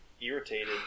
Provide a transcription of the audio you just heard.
irritated